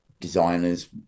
designers